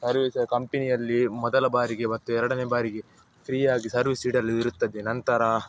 service ಕಂಪಿನಿಯಲ್ಲಿ ಮೊದಲ ಬಾರಿಗೆ ಮತ್ತು ಎರಡನೇ ಬಾರಿಗೆ ಫ್ರೀಯಾಗಿ ಸರ್ವೀಸ್ ಇಡಲು ಇರುತ್ತದೆ ನಂತರ